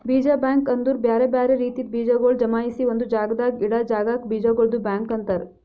ಬೀಜ ಬ್ಯಾಂಕ್ ಅಂದುರ್ ಬ್ಯಾರೆ ಬ್ಯಾರೆ ರೀತಿದ್ ಬೀಜಗೊಳ್ ಜಮಾಯಿಸಿ ಒಂದು ಜಾಗದಾಗ್ ಇಡಾ ಜಾಗಕ್ ಬೀಜಗೊಳ್ದು ಬ್ಯಾಂಕ್ ಅಂತರ್